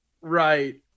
Right